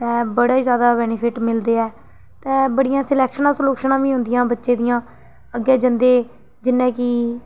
ते बड़े ज्यादा बैनीफिट मिलदे ऐ ते बड़ियां सलैक्शनां सलुक्शनां बी होंदियां बच्चे दियां अग्गें जंदे जियां कि